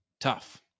tough